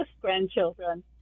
grandchildren